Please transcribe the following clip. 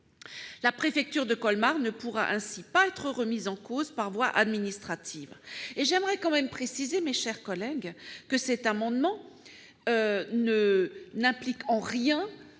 La préfecture de Colmar ne pourra ainsi pas être remise en cause par voie administrative. Je tiens à préciser, mes chers collègues, que cet amendement n'implique en rien